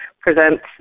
presents